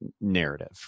narrative